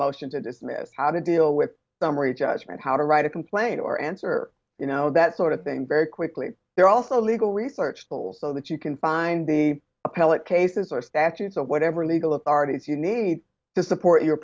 motion to dismiss how to deal with summary judgment how to write a complaint or answer you know that sort of thing very quickly there are also legal research tools so that you can find the appellate cases or statutes of whatever legal authorities you need to support your